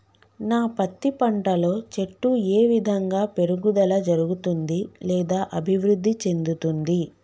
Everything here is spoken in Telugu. నా పత్తి పంట లో చెట్టు ఏ విధంగా పెరుగుదల జరుగుతుంది లేదా అభివృద్ధి చెందుతుంది?